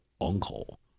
uncle